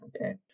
Okay